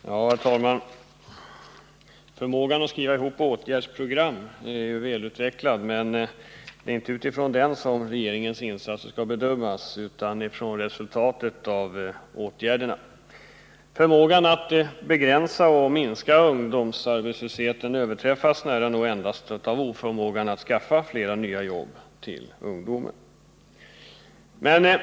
Herr talman! Förmågan att skriva ihop åtgärdsprogram är välutvecklad, men det är inte på grundval av den som regeringens insatser skall bedömas utan med hänsyn till resultatet av åtgärderna. Förmågan att begränsa och minska ungdomsarbetslösheten överträffas av oförmågan att skaffa flera nya jobb till ungdomen.